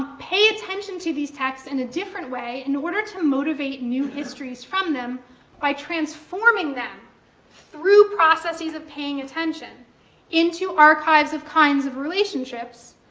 pay attention to these texts in a different way, in order to motivate new histories from them by transforming them through processes of paying attention into archives of kinds of relationships,